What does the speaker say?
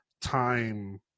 time